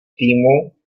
týmu